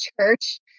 church